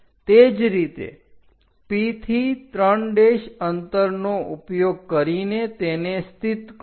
તે જ રીતે P થી 3 અંતરનો ઉપયોગ કરીને તેને સ્થિત કરો